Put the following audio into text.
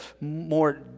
more